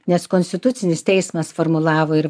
nes konstitucinis teismas formulavo ir